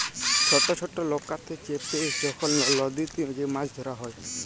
ছট ছট লকাতে চেপে যখল লদীতে যে মাছ ধ্যরা হ্যয়